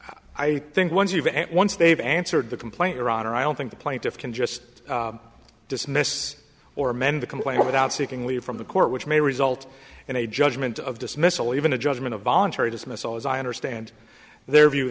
i think once you've at once they've answered the complaint or honor i don't think the plaintiff can just dismiss or amend the complaint without seeking leave from the court which may result in a judgment of dismissal even a judgment of voluntary dismissal as i understand their view